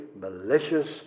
malicious